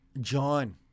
John